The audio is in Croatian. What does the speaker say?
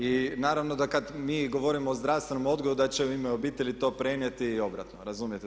I naravno da kada mi govorimo o zdravstvenom odgoju da će „U ime obitelji“ to prenijeti i obratno, razumijete.